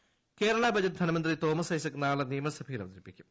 budget Kerala budget ധനമന്ത്രി തോമസ് ഐസക് നാളെ നിയമസഭയിൽ അവതരിപ്പിക്കും